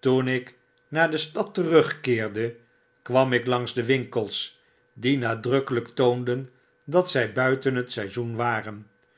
toen ik naar de stad terugkeerde kwam ik langs de winkels die nadr ukkeiy k toonden dat zy buiten het seizoen waren